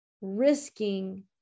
risking